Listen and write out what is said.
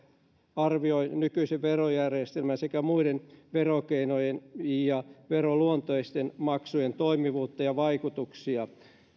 arvioi nimenomaan nykyisen verojärjestelmän sekä muiden verokeinojen ja veroluonteisten maksujen toimivuutta ja vaikutuksia